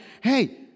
hey